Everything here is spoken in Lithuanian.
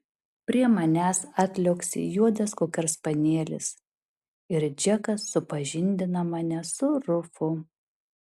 prie manęs atliuoksi juodas kokerspanielis ir džekas supažindina mane su rufu